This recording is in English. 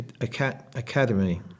Academy